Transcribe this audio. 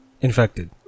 infected